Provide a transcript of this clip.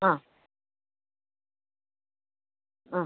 ആ അ